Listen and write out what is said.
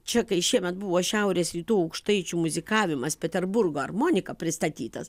čia kai šiemet buvo šiaurės rytų aukštaičių muzikavimas peterburgo armonika pristatytas